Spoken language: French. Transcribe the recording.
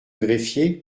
greffier